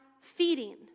feeding